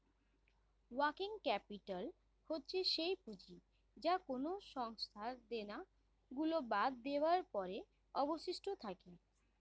working capital হচ্ছে সেই পুঁজি যা কোনো সংস্থার দেনা গুলো বাদ দেওয়ার পরে অবশিষ্ট থাকে